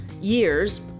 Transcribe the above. years